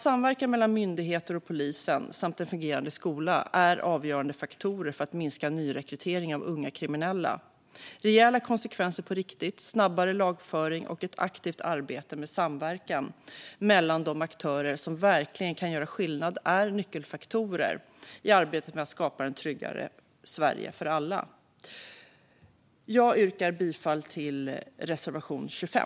Samverkan mellan myndigheter och polis samt en fungerande skola är avgörande faktorer för att minska nyrekrytering av unga kriminella. Rejäla konsekvenser på riktigt, snabbare lagföring och ett aktivt arbete med samverkan mellan de aktörer som verkligen kan göra skillnad är nyckelfaktorer i arbetet med att skapa ett tryggare Sverige för alla. Jag yrkar bifall till reservation 25.